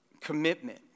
commitment